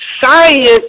science